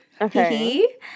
Okay